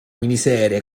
miniserie